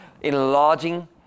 enlarging